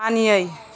मानियै